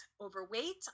overweight